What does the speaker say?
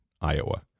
Iowa